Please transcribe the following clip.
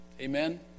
Amen